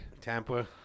Tampa